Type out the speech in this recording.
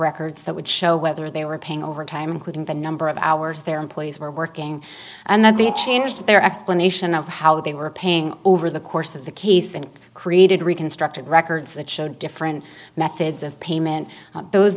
records that would show whether they were paying overtime including the number of hours their employees were working and that they changed their explanation of how they were paying over the course of the case and created reconstructed records that show different methods of payment those